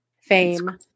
fame